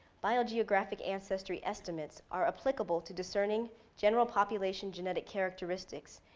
biogeographic ancestry estimates are applicable to discerning general population, genetic characteristics,